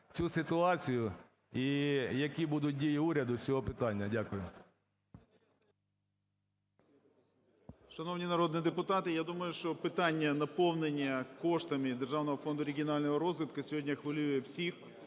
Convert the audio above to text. цю ситуацію і які будуть дії уряду з цього питання. Дякую.